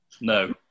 No